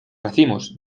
racimos